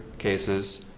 cases.